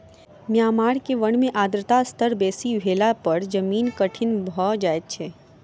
Myanmar के वन में आर्द्रता स्तर बेसी भेला पर जीवन कठिन भअ जाइत अछि